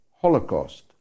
holocaust